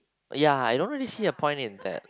ya I don't really see a point in that